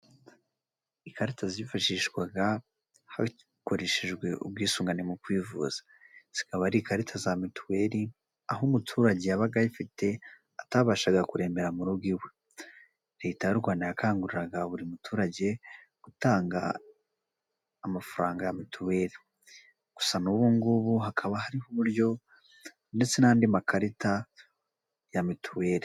Ikarita zifashishwaga hakoreshejwe ubwisungane mu kwivuza, zikaba ari ikarita za mituweri, aho umuturage yabaga ayifite atabashaga kurembera mu rugo iwe. Leta y'u Rwanda yakanguriraga buri muturage gutanga amafaranga ya mituweri, gusa n'ubu ngubu hakaba hariho uburyo ndetse n'andi makarita ya mituweri.